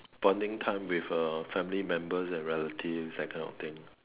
bonding time with a family members and relatives that kind of thing